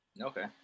Okay